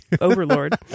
overlord